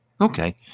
Okay